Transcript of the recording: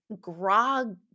grog